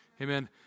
Amen